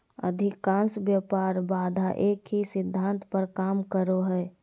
अधिकांश व्यापार बाधा एक ही सिद्धांत पर काम करो हइ